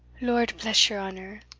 lord bless your honour!